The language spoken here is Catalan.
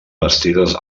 vestides